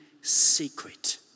secret